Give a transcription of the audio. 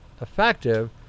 effective